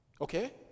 Okay